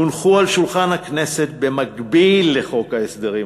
הונחו על שולחן הכנסת במקביל לחוק ההסדרים,